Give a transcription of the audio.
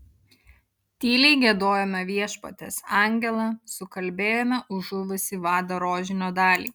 tyliai giedojome viešpaties angelą sukalbėjome už žuvusį vadą rožinio dalį